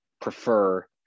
prefer